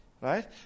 Right